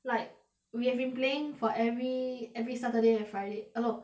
like we have been playing for every every saturday and friday err no